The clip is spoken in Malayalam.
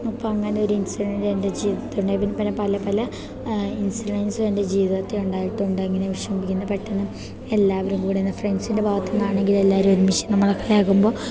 അപ്പോൾ അങ്ങനെ ഒരു ഇൻസിഡൻ്റ് എൻ്റെ ജീവിതത്തിലുണ്ട് പിന്നെ പല പല ഇൻസിഡൻസും എൻ്റെ ജീവിതത്തിൽ ഉണ്ടായിട്ടുണ്ട് ഇങ്ങനെ വിഷമിപ്പിക്കുന്ന പെട്ടെന്ന് എല്ലാവരും കൂടെനിന്ന് ഫ്രണ്ട്സിൻ്റെ ഭാഗത്ത് നിന്നാണെങ്കിൽ എല്ലാവരും ഒരുമിച്ച് നമ്മളെ കളിയാക്കുമ്പോൾ